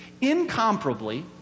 Incomparably